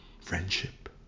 friendship